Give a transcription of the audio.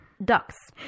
ducks